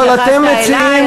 אבל אתם מציעים